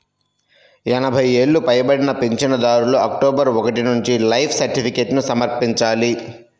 ఎనభై ఏళ్లు పైబడిన పింఛనుదారులు అక్టోబరు ఒకటి నుంచి లైఫ్ సర్టిఫికేట్ను సమర్పించాలి